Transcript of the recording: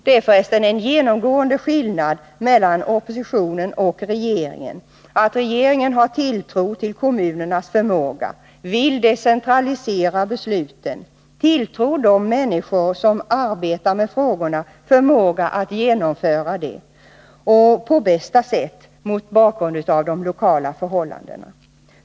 Det är för resten en genomgående skillnad mellan oppositionen och regeringen att regeringen har tilltro till kommunernas förmåga, vill decentralisera besluten, tilltror de människor som arbetar med frågorna förmåga att genomföra intentionerna på bästa sätt, mot bakgrund av de lokala förhållandena.